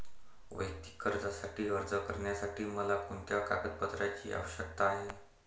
वैयक्तिक कर्जासाठी अर्ज करण्यासाठी मला कोणत्या कागदपत्रांची आवश्यकता आहे?